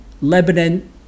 Lebanon